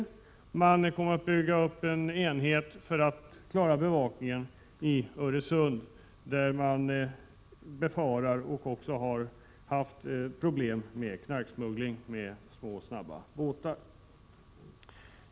Verket kommer vidare att bygga upp en enhet för att klara bevakningen i Öresund, där man befarar att få och också har haft problem med knarksmuggling med små snabba båtar.